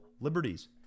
liberties